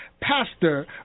Pastor